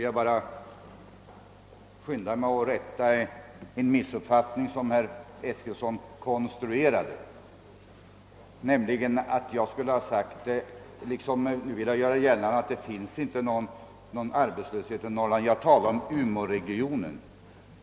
Jag vill skynda mig att rätta en missuppfattning, som herr Eskilsson konstruerade, nämligen att jag skulle ha påstått att det inte finns någon arbetslöshet i Norrland. Jag talade om umeåregionen.